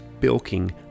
bilking